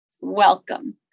Welcome